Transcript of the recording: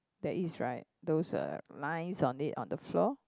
there is right those uh lines on it on the floor